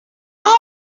all